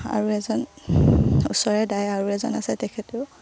আৰু এজন ওচৰে দাই আৰু এজন আছে তেখেতেও